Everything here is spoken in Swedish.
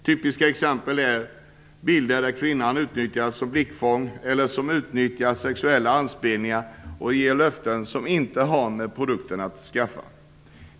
Typiska exempel är bilder där kvinnan utnyttjas som blickfång eller som utnyttjar sexuella anspelningar och ger löften som inte har med produkten att skaffa.